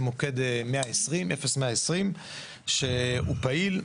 זה מוקד 0120 שהוא פעיל,